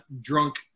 drunk